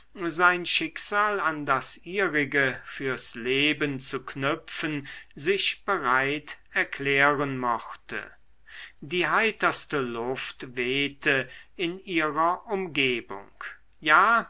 sein schicksal an das ihrige fürs leben zu knüpfen sich bereit erklären mochte die heiterste luft wehte in ihrer umgebung ja